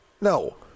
No